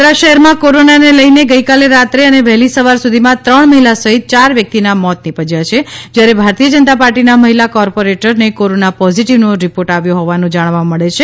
વડોદરા શહેરમાં કોરોનાને કારણે ગઈકાલે રાત અને વહેલી સવાર સુધીમાં ત્રણ મહિલા સહિત ચાર વ્યક્તિના મોત નિપજ્યા છે જ્યારે ભારતીય જનતા પાર્ટીના મહિલા કોર્પોરેટરને કોરોના પોઝિટિવનો રિપોર્ટ આવ્યો હોવાનું જાણવા મળે છે